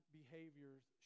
behaviors